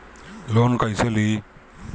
Loan कईसे ली?